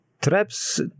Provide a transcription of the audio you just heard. Traps